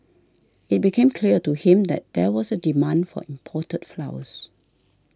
it became clear to him that there was a demand for imported flowers